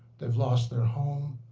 they've lost their home.